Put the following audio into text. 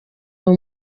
uwo